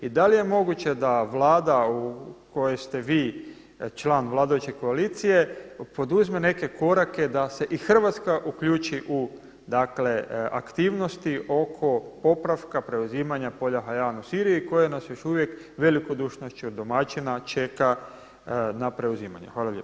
I da li je moguće da Vlada u kojoj ste vi član vladajuće koalicije poduzme neke korake da se i Hrvatska uključi u dakle aktivnosti oko popravka, preuzimanja polja Hajan u Siriji koje nas još uvijek velikodušnošću domaćina čeka na preuzimanju.